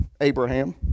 Abraham